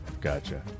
gotcha